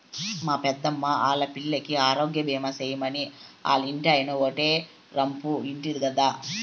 మా పెద్దమ్మా ఆల్లా పిల్లికి ఆరోగ్యబీమా సేయమని ఆల్లింటాయినో ఓటే రంపు ఇంటి గదా